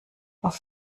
auf